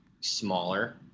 smaller